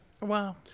Wow